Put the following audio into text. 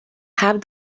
have